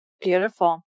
beautiful